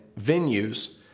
venues